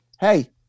hey